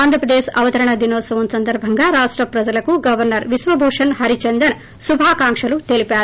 ఆంధ్రప్రదేశ్ అవతరణ దీనోత్సవం సందర్భంగా రాష్ర ప్రజలకు గవర్పర్ విశ్వభూషణ్ హరిచందన్ శుభాకాంకలు తెలిపారు